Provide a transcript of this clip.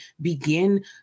begin